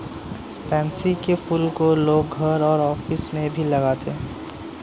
pansy के फूल को लोग घर और ऑफिस में भी लगाते है